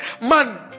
man